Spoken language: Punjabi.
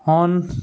ਹੁਣ